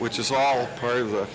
which is all part of